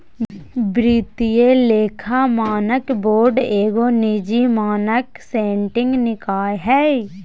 वित्तीय लेखा मानक बोर्ड एगो निजी मानक सेटिंग निकाय हइ